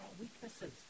weaknesses